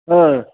ಹ್ಞೂ